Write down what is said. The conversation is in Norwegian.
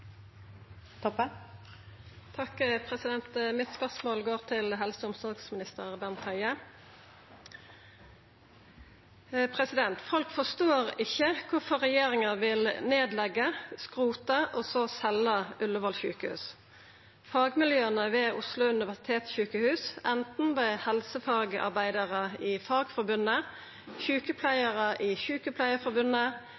Mitt spørsmål går til helse- og omsorgsminister Bent Høie. Folk forstår ikkje kvifor regjeringa vil leggja ned, skrota og så selja Ullevål sjukehus. Fagmiljøa ved Oslo universitetssjukehus, anten det er helsefagarbeidarar i Fagforbundet,